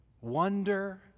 Wonder